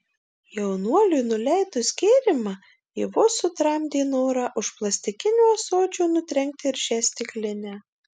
jaunuoliui nuleidus gėrimą ji vos sutramdė norą už plastikinio ąsočio nutrenkti ir šią stiklinę